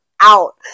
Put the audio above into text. out